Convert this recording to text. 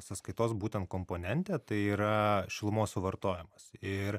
sąskaitos būtent komponentę tai yra šilumos suvartojimas ir